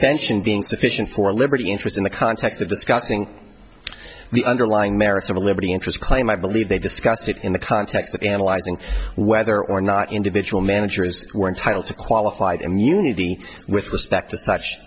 suspension being sufficient for liberty interest in the context of discussing the underlying merits of a liberty interest claim i believe they discussed it in the context of analyzing whether or not individual managers were entitled to qualified immunity with respect to such